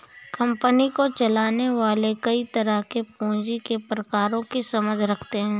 company को चलाने वाले कई तरह के पूँजी के प्रकारों की समझ रखते हैं